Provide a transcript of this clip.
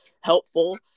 helpful